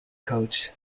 coach